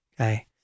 okay